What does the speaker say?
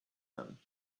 them